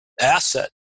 asset